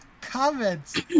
comments